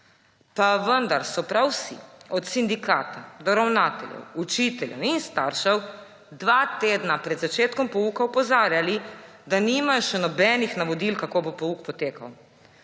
Pa vendar so prav vsi od sindikata do ravnateljev, učiteljev in staršev dva tedna pred začetkom pouka opozarjali, da nimajo še nobenih navodil, kako bo pouk potekal.